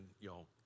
y'all